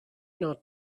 not